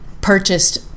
purchased